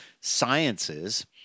Sciences